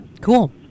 Cool